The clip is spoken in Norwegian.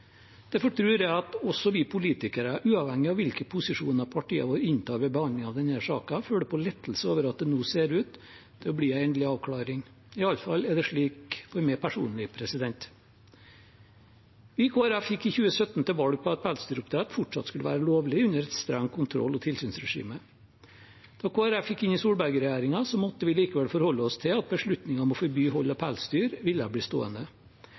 Derfor tror jeg at også vi politikere, uavhengig av hvilke posisjoner partiene våre inntar ved behandling av denne saken, føler på lettelse over at det nå ser ut til å bli en endelig avklaring. Iallfall er det slik for meg personlig. Vi i Kristelig Folkeparti gikk i 2017 til valg på at pelsdyroppdrett fortsatt skulle være lovlig, under et strengt kontroll- og tilsynsregime. Da Kristelig Folkeparti gikk inn i Solberg-regjeringen, måtte vi likevel forholde oss til at beslutningen om å forby hold av pelsdyr ville bli stående.